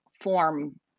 form